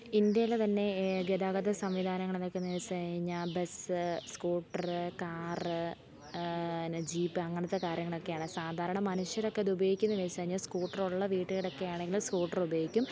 ഇന്ത്യയിലെ തന്നെ ഗതാഗത സംവിധാനങ്ങളെന്തൊക്കെയാണെന്നു വെച്ചു കഴിഞ്ഞാൽ ബസ് സ്കൂട്ടർ കാർ ന്ന ജീപ്പ് അങ്ങനത്തെ കാര്യങ്ങളൊക്കെയാണ് സാധാരണ മനുഷ്യരൊക്കെ അതുപയോഗിക്കുന്നത് വെച്ചു കഴിഞ്ഞാൽ സ്കൂട്ടറുള്ള വീടുകളൊക്കെയാണെങ്കിൽ സ്കൂട്ടറുപയോഗിക്കും